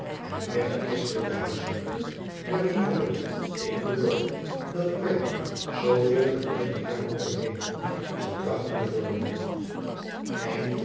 en regt hristelijke huismoeder naar wier voorbeeld ik u beloof dat ik mij zooveel met mijne jaren overeenkomt zal trachten te vormen